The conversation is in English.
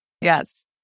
Yes